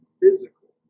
physical